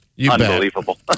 Unbelievable